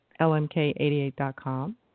lmk88.com